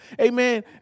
amen